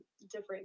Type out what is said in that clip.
different